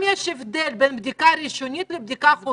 יש גם הבדל בין בדיקה ראשונית לבדיקה חוזרת.